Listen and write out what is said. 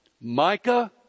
Micah